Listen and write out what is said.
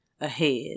ahead